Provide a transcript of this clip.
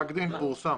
רק אם זה פורסם.